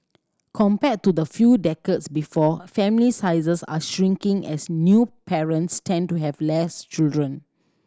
compared to the few decades before family sizes are shrinking as new parents tend to have less children